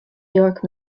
york